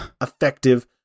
effective